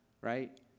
right